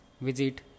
visit